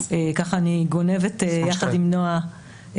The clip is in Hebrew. בכובעי הקודם הייתי היועצת המשפטית של מדור מידע פלילי,